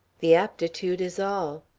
the aptitude is all.